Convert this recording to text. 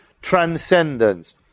transcendence